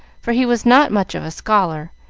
for he was not much of a scholar,